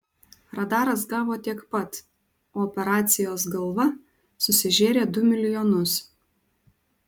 radaras gavo tiek pat o operacijos galva susižėrė du milijonus